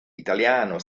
italiano